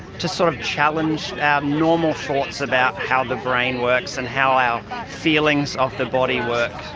to sort of challenge our normal thoughts about how the brain works and how our feelings of the body work.